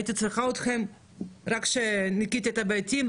הייתי צריכה אתכם כשניקיתי בתים,